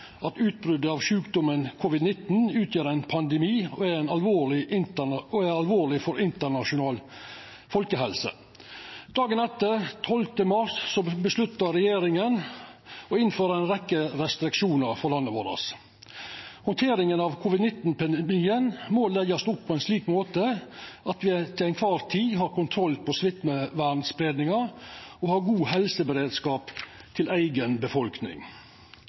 at utbrotet av sjukdomen covid-19 utgjer ein pandemi og er alvorleg for den internasjonale folkehelsa. Dagen etter, 12. mars, avgjorde regjeringa å innføra ei rekkje restriksjonar for landet vårt. Handteringa av covid-19-epidemien må leggjast opp på ein slik måte at me til kvar tid har kontroll på smittespreiinga og har god helseberedskap til eiga befolkning.